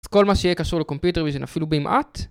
אז כל מה שיהיה קשור ל-computer vision אפילו במעט